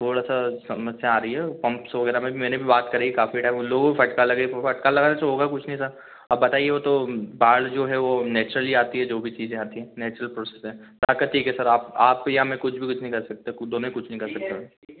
थोड़ा सा समस्या आ रही है पम्पस वगैरह में मैंने भी बात करी है काफ़ी टाइम उन लोगों को फटका लगे फटका लगा से होगा कुछ नहीं सर अब बताइए वो तो बाढ़ जो है वह नेचुरली आती है जो भी चीज़ें आती हैं नेचुरल प्रोसेस है प्राकृतिक है सर आप या मैं कुछ भी कुछ नहीं कर सकते कूदो में कुछ नहीं कर सकता